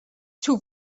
too